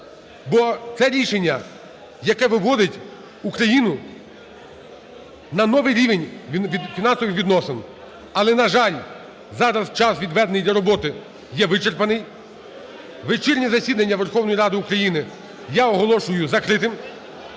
бо це рішення, яке виводить Україну на новий рівень фінансових відносин. Але, на жаль, зараз час, відведений для роботи, є вичерпаний. Вечірнє засідання Верховної Ради України я оголошую закритим.